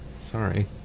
Sorry